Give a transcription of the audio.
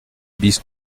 bis